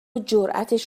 جراتش